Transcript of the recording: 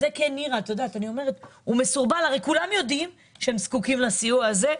הרי כולם יודעים שהם זקוקים לסיוע הזה,